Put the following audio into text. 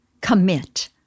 commit